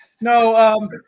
No